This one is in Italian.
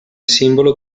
simbolo